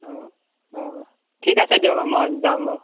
অঁ অঁ ঠিক আছে দিয়ক মই যাম বাৰু